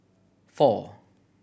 four